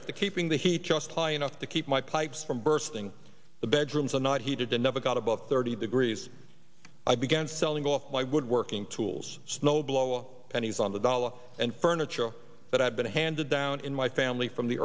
after keeping the heat just high enough to keep my pipes from bursting the bedrooms are not heated they never got above thirty degrees i began selling off my woodworking tools snow blow up pennies on the dollar and furniture that i've been handed down in my family from the